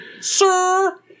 sir